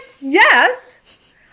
yes